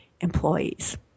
employees